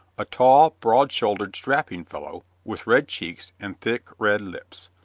a tall, broad-shouldered, strapping fellow, with red cheeks, and thick red lips,